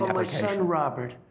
my son robert.